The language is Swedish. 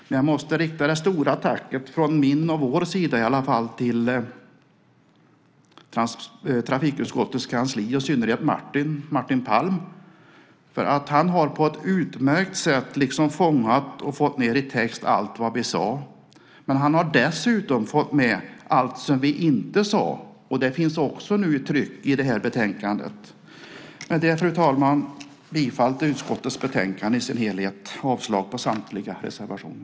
Men jag måste rikta det stora tacket från min och vår sida till trafikutskottets kansli och i synnerhet Martin Palm, för han har på ett utmärkt sätt fångat och fått ned i text allt vad vi sade. Han har dessutom fått med allt som vi inte sade, och det finns också i tryck i betänkandet. Med detta, fru talman, yrkar jag bifall till utskottets förslag i betänkandet i dess helhet och avslag på samtliga reservationer.